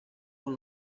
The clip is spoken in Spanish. con